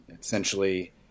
essentially